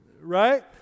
right